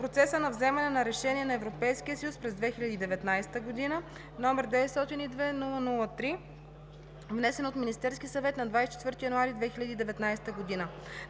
процеса на вземане на решения на Европейския съюз през 2019 г., № 902-00-3, внесена от Министерския съвет на 24 януари 2019 г.,